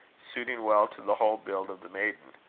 suiting well to the whole build of the maiden.